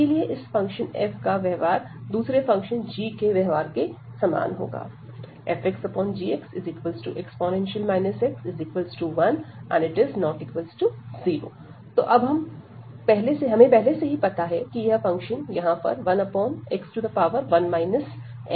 इसीलिए इस function f का व्यवहार दूसरे फंक्शन g के व्यवहार के समान होगा fxgx e x 1≠0 तो अब हमें पहले से ही पता है कि यह फंक्शन यहां पर 1x1 n है